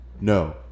No